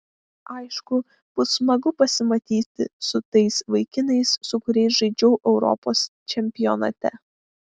aišku bus smagu pasimatyti su tais vaikinais su kuriais žaidžiau europos čempionate